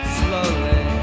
slowly